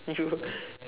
you